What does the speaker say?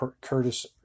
Curtis